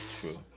True